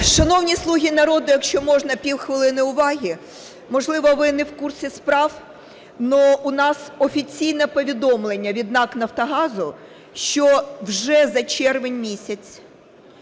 Шановні "слуги народу", якщо можна, півхвилини уваги. Можливо, ви не в курсі справ, але у нас офіційне повідомлення від НАК "Нафтогазу", що вже за червень місяць